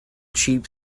cheap